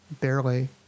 barely